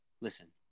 listen